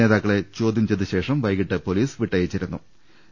നേതാക്കളെ ചോദ്യം ചെയ്തശേഷം വൈകിട്ട് പൊലിസ് വിട്ടയിച്ചിരു ന്നു